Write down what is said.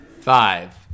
Five